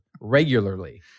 Regularly